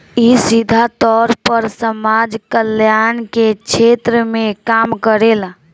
इ सीधा तौर पर समाज कल्याण के क्षेत्र में काम करेला